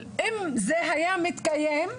אם זה היה מתקיים,